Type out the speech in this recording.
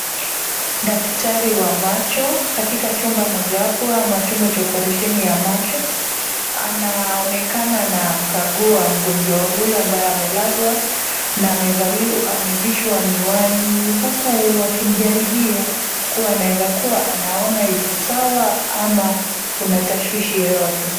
Daktari wa macho katika chumba mojawapo wa chumba cha oparesheni cha macho, anaonekana anamkagua mgonjwa huyo ambaye amelazwa na amevishwa miwani huku akimjaribia kuwa anaweza kua naona yuko sawa ama kuna tashwishi yoyote.